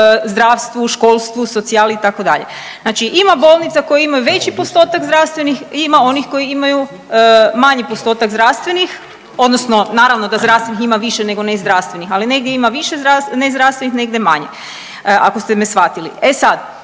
zdravstvu, školstvu, socijali itd. Znači ima bolnica koje imaju veći postotak zdravstvenih, ima onih koji imaju manji postotak zdravstvenih odnosno naravno da zdravstvenih ima više nego nezdravstvenih, ali negdje ima više nezdravstvenih negdje manje ako ste me shvatili.